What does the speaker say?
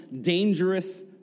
dangerous